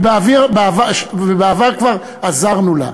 ובעבר כבר עזרנו לה.